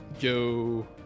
go